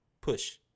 Push